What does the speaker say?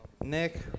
Nick